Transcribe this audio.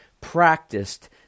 practiced